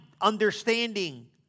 understanding